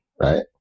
right